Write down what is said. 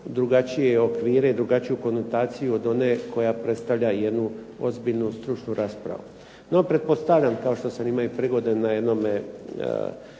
drugačije okvire i drugačiju konotaciju od one koja predstavlja jednu stručnu ozbiljnu raspravu. No, pretpostavljam kao što sam imao prigode na jednome